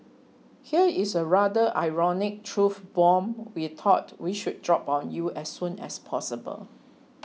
here is a rather ironic truth bomb we thought we should drop on you as soon as possible